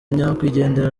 nyakwigendera